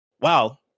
wow